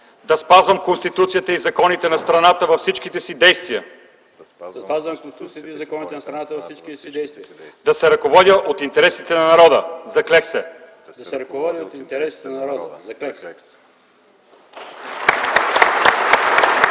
да спазвам Конституцията и законите на страната, във всичките си действия да се ръководя от интересите на народа. Заклех се!”.